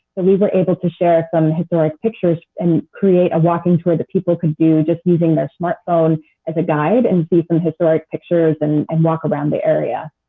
we were able to share some historic pictures and create a walking tour that people could do just using their smartphone as a guide and see some historic pictures and and walk around the area.